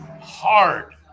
hard